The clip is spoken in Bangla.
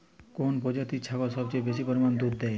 কোন প্রজাতির ছাগল সবচেয়ে বেশি পরিমাণ দুধ দেয়?